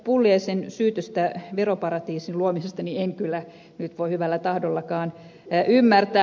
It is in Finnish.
pulliaisen syytöstä veroparatiisin luomisesta en kyllä nyt voi hyvällä tahdollakaan ymmärtää